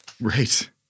Right